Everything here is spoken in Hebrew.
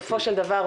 בסופו של דבר,